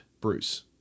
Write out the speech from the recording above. bruce